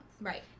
Right